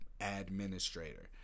administrator